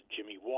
Jimmy